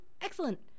excellent